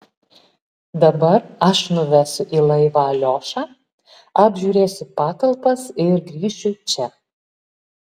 dabar aš nuvesiu į laivą aliošą apžiūrėsiu patalpas ir grįšiu čia